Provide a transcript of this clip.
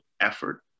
effort